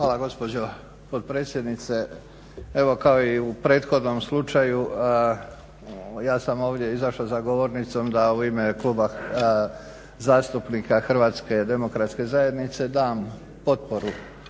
Hvala gospođo potpredsjednice. Evo, kao i u prethodnom slučaju ja sam ovdje izašao za govornicom da u ime Kluba zastupnika HDZ-a dam potporu